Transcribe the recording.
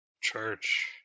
Church